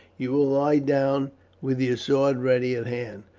you will lie down with your sword ready at hand.